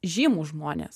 žymūs žmonės